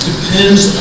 depends